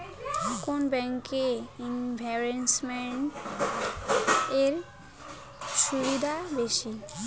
কোন ব্যাংক এ ইনভেস্টমেন্ট এর সুবিধা বেশি?